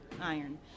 iron